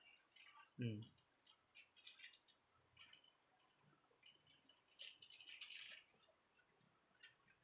mm